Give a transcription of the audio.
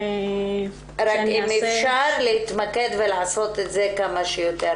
אם אפשר להתמקד ולעשות את זה כמה שיותר